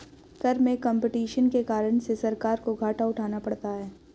कर में कम्पटीशन के कारण से सरकार को घाटा उठाना पड़ता है